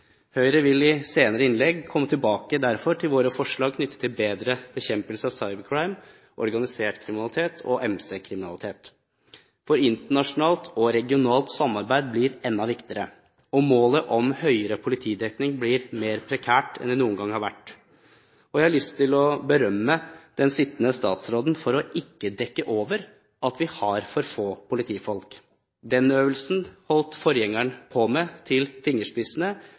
Høyre vil derfor i senere innlegg komme tilbake til våre forslag knyttet til bedre bekjempelse av «cyber crime», organisert kriminalitet og MC-kriminalitet. Internasjonalt og regionalt samarbeid blir enda viktigere, og målet om høyere politidekning blir mer prekært enn det noen gang har vært. Jeg har lyst til å berømme den sittende statsråden for å ikke dekke over at vi har for få politifolk. Den øvelsen behersket forgjengeren hennes til